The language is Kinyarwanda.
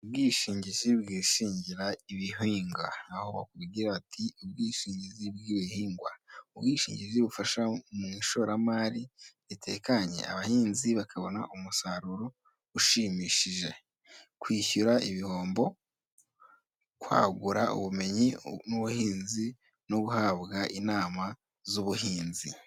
Ubwishingizi bwishingira ibihingwa aho bagira ati ubwishingizi bw'ibihingwa, ubwishingizi bufasha mu ishoramari ritekanye, abahinzi bakabona umusaruro ushimishije. Kwishyura ibihombo kwagura ubumenyi n'ubuhinzi no guhabwa inama z'ubuhinzi.